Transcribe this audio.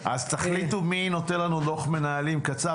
תחליטו מי נותן לנו דוח מנהלים קצר